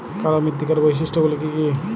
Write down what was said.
কালো মৃত্তিকার বৈশিষ্ট্য গুলি কি কি?